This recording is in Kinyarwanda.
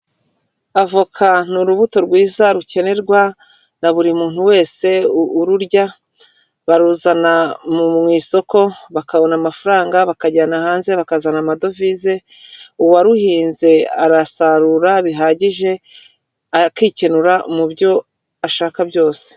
Avoka ni urubuto rwiza rukenerwa na buri muntu wese ururya, baruzana mu isoko, bakabona amafaranga , bakajyana hanze bakazana amadovize, uwaruhinze arasarura bihagije akikenura mubyo ashaka byose.